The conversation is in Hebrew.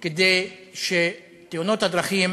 כדי שתאונות הדרכים